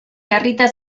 jarrita